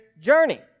journey